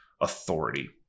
authority